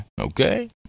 okay